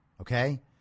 Okay